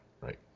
right